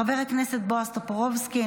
חבר הכנסת בועז טופורובסקי,